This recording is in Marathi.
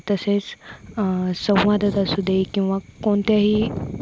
तसेच संवादात असूदे किंवा कोणत्याही